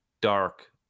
Dark